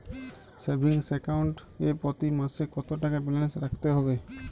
Savings account এ প্রতি মাসে কতো টাকা ব্যালান্স রাখতে হবে?